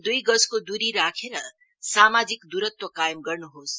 दुई गजको दूरी राखेर सामाजिक दूरत्व कायम गर्नुहोस